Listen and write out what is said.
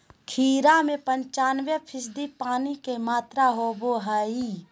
खीरा में पंचानबे फीसदी पानी के मात्रा होबो हइ